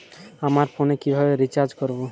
আমার ফোনে কিভাবে রিচার্জ করবো?